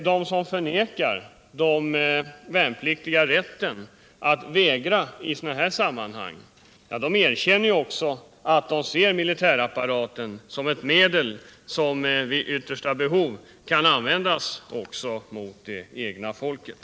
De som förnekar ce värnpliktigas rätt att vägra i sådana sammanhang, erkänner att de ser militärapparaten såsom ett medel, som vid yttersta behov kan användas också mot det egna folket.